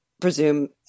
Presume